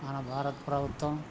మన భారత్ ప్రభుత్వం